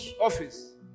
office